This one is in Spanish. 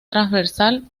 transversal